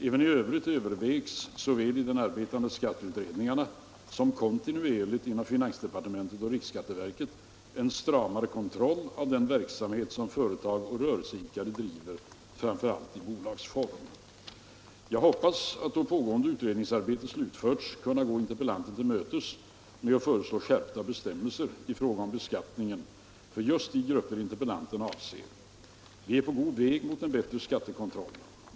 Även i övrigt övervägs, såväl i de arbetande skatteutredningarna som kontinuerligt inom finansdepartementet och riksskatteverket, en stramare kontroll av den verksamhet som företag och rörelseidkare driver framför allt i bolagsform. Jag hoppas att då pågående utredningsarbete slutförts kunna gå interpellanten till mötes med att föreslå skärpta bestämmelser i fråga om beskattningen för just de grupper interpellanten avser. Vi är på god väg mot en bättre skattekontroll.